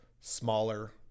smaller